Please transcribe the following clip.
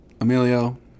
Emilio